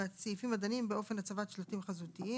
בסעיפים הדנים באופן הצבת שלטים חזותיים